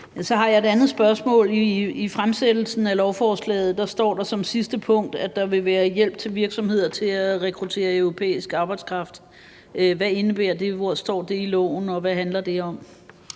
Så har jeg et andet spørgsmål. I fremsættelsen af lovforslaget står der som sidste punkt, at der vil være hjælp til virksomheder til at rekruttere europæisk arbejdskraft. Hvad indebærer det, hvor står det i lovforslaget, og hvad handler det om?